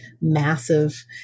massive